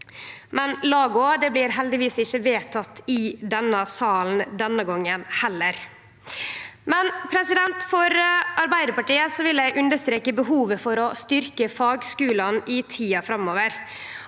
men la gå, det blir heldigvis ikkje vedteke i denne salen denne gongen heller. Frå Arbeidarpartiet vil eg understreke behovet for å styrke fagskulane i tida framover